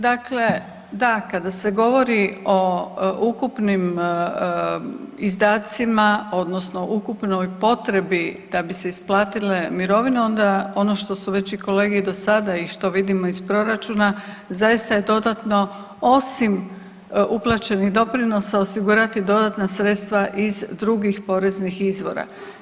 Dakle, da kada se govori o ukupnim izdacima odnosno ukupnoj potrebi da bi se isplatile mirovine onda ono što su već i kolege i do sada i što vidimo iz proračuna zaista je dodatno osim uplaćenih doprinosa osigurati dodatna sredstva iz drugih poreznih izvora.